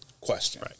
question